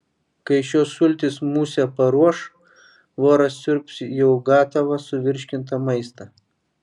kai šios sultys musę paruoš voras siurbs jau gatavą suvirškintą maistą